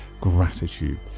gratitude